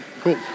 Cool